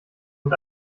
mit